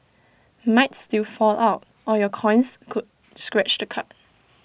might still fall out or your coins could scratch the card